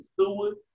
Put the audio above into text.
stewards